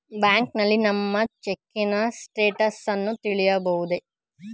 ಬ್ಯಾಂಕ್ನಲ್ಲಿ ನಮ್ಮ ಚೆಕ್ಕಿನ ಸ್ಟೇಟಸನ್ನ ತಿಳಿಬೋದು